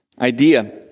idea